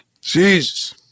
Jesus